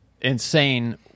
insane